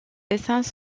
dessins